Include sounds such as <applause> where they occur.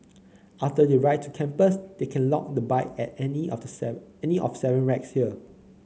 <noise> after they ride to campus they can lock the bike at any of <unintelligible> any of seven racks there